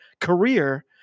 career